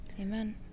Amen